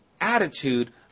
attitude